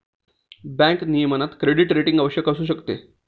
bank नियमनात credit rating आवश्यक असू शकते